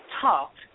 talked